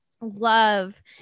love